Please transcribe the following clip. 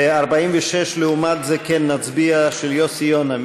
על 46, לעומת זה, כן נצביע, של יוסי יונה.